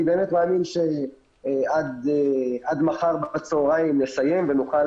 נראה לי שעד מחר בצהריים נסיים ונוכל